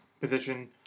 position